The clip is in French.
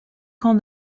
camp